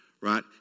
Right